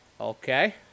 Okay